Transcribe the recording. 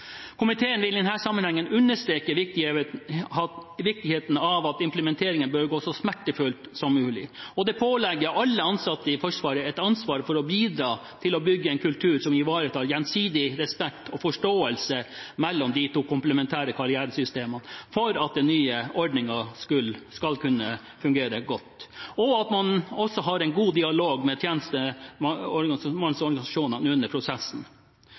Komiteen vil i denne sammenheng understreke viktigheten av at implementeringen går så smertefritt som mulig. Det påligger alle ansatte i Forsvaret et ansvar for å bidra til å bygge en kultur som ivaretar gjensidig respekt og forståelse mellom de to komplementære karrieresystemene, for at den nye ordningen skal kunne fungere godt, og at man også har en god dialog med tjenestemannsorganisasjonene under prosessen.